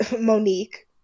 Monique